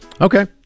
Okay